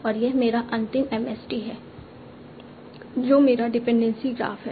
और यह मेरा अंतिम MST है जो मेरा डिपेंडेंसी ग्राफ है